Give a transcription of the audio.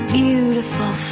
beautiful